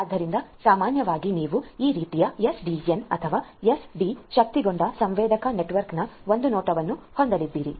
ಆದ್ದರಿಂದ ಸಾಮಾನ್ಯವಾಗಿ ನೀವು ಈ ರೀತಿಯ ಎಸ್ಡಿಎನ್SDN ಅಥವಾ ಎಸ್ಡಿ ಶಕ್ತಗೊಂಡ ಸೆನ್ಸರ್ ನೆಟ್ವರ್ಕ್ನ ಒಂದು ನೋಟವನ್ನು ಹೊಂದಲಿದ್ದೀರಿ